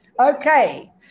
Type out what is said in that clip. Okay